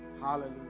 Hallelujah